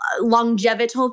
longevity